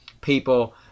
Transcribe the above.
people